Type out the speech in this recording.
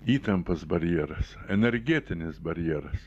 įtampos barjeras energetinis barjeras